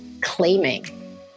claiming